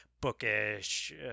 bookish